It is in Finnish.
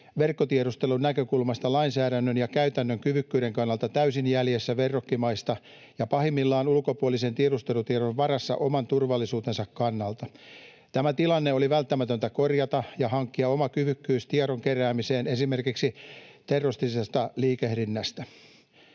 verkkotiedustelun näkökulmasta lainsäädännön ja käytännön kyvykkyyden kannalta täysin jäljessä verrokkimaista ja pahimmillaan ulkopuolisen tiedustelutiedon varassa oman turvallisuutensa kannalta. Tämä tilanne oli välttämätöntä korjata ja hankkia oma kyvykkyys tiedon keräämiseen esimerkiksi terroristisesta liikehdinnästä.